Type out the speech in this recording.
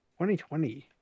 2020